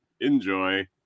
enjoy